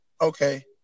okay